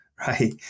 right